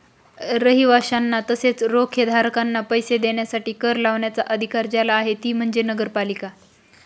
रहिवाशांना तसेच रोखेधारकांना पैसे देण्यासाठी कर लावण्याचा अधिकार ज्याला आहे ती म्हणजे नगरपालिका